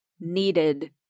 needed